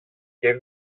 και